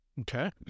Okay